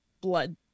Blood